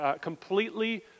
completely